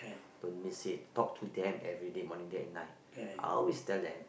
don't miss it talk to them everyday morning day and night always tell them